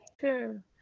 Sure